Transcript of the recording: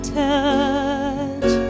touch